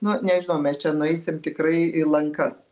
nu nežinau mes čia nueisim tikrai į lankas